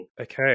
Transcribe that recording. Okay